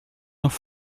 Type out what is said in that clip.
nach